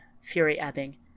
fury-ebbing